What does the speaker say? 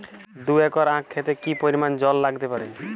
দুই একর আক ক্ষেতে কি পরিমান জল লাগতে পারে?